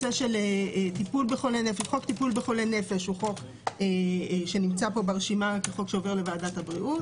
חוק טיפול בחולי נפש נמצא פה ברשימה כחור שעובר לוועדת הבריאות.